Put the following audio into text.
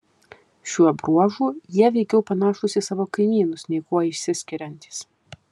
šiuo bruožu jie veikiau panašūs į savo kaimynus nei kuo išsiskiriantys